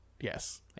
Yes